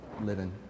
living